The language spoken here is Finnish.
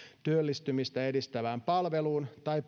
työllistymistä edistävään palveluun tai